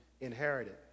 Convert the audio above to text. inherited